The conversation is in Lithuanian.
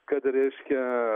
kad reiškia